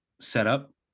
setup